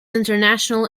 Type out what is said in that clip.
international